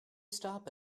stop